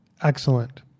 Excellent